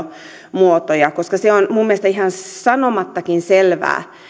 muotoja koska se on minun mielestäni ihan sanomattakin selvää